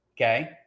okay